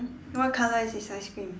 what color is his ice cream